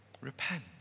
repent